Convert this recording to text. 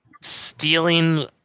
stealing